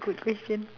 good question